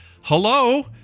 hello